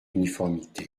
uniformité